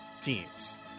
teams